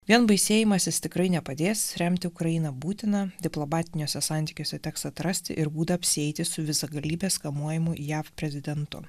vien baisėjimasis tikrai nepadės remti ukrainą būtina diplomatiniuose santykiuose teks atrasti ir būdą apsieiti su visagalybės kamuojamu jav prezidentu